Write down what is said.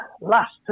last